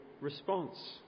response